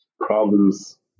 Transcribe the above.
problems